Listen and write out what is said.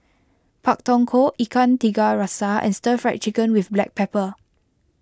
Pak Thong Ko Ikan Tiga Rasa and Stir Fried Chicken with Black Pepper